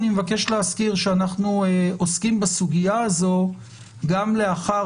אני מבקש להזכיר שאנחנו עוסקים בסוגיה הזו גם לאחר